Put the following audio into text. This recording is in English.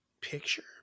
Picture